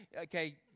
Okay